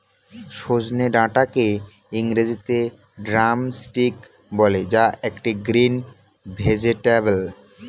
সজনে ডাটাকে ইংরেজিতে ড্রামস্টিক বলে যা একটি গ্রিন ভেজেটাবেল